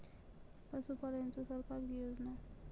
पशुपालन हेतु सरकार की योजना?